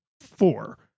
four